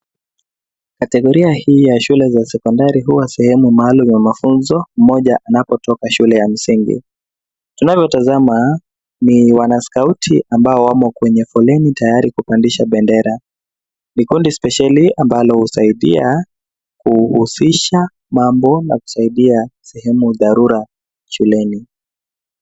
Kategoria hii ya shule za sekondari huwa sehemu maalum ya mafunzo moja napo toka shule ya msingi. Tunavyotazama ni wana skauti ambao wamo kwenye foleni tayari kupandisha bendera. Vikundi spesheli ambalo husaidia kuhusisha mambo na kusaidia sehemu dharura shuleni.